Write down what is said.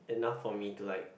enough for me to like